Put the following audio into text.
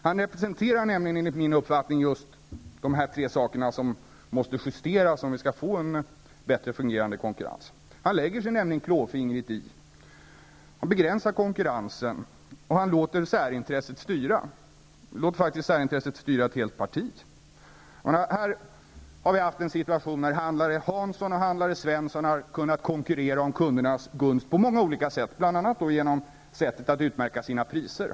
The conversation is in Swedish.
Han representerar nämligen enligt min uppfattning just de tre saker som måste justeras, om vi skall få en bättre fungerande konkurrens. Han lägger sig klåfingrigt i, han begränsar konkurrensen, och han låter särintresset styra. Han låter faktiskt särintresset styra ett helt parti. Vi har haft en situation där handlare Hansson och handlare Svensson har kunnat konkurrera om kundernas gunst på många olika sätt, bl.a. genom sättet att utmärka sina priser.